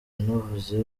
yanavuze